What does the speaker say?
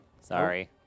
Sorry